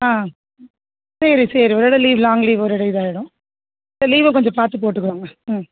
ஆ சரி சரி ஒரேடியாக லீவ் லாங் லீவ் ஒரேடியாக இதாகிடும் சரி லீவும் கொஞ்சம் பார்த்து போட்டுக்கங்க ம்